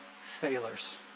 sailors